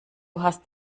hast